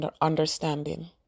understanding